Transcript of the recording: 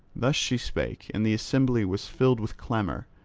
thus she spake, and the assembly was filled with clamour.